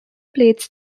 plates